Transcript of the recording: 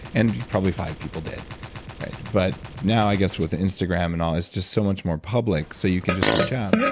and probably five people dead but now, i guess, with the instagram and all, it's just so much more public, so you can just reach out.